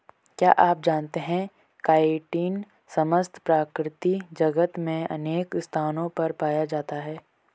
क्या आप जानते है काइटिन समस्त प्रकृति जगत में अनेक स्थानों पर पाया जाता है?